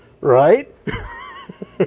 right